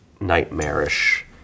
nightmarish